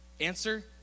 answer